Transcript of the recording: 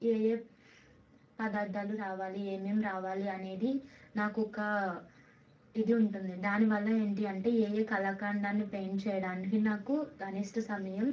ఏ ఏ పదార్థాలు రావాలి ఏమేమి రావాలి అనేది నాకొక ఇది ఉంటుంది దానివల్ల ఏంటి అంటే ఏ ఏ కళాఖండాన్ని పెయింట్ చేయడానికి నాకు కనిష్ట సమయం